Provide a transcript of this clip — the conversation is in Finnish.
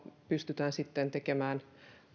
pystytään sitten tekemään